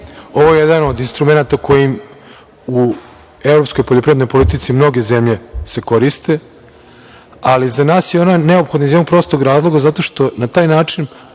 ovo je jedan od instrumenata u kojima u evropskoj poljoprivrednoj politici, mnoge zemlje se koriste, ali za nas je ona neophodna iz jednog prostog razloga zato što na taj način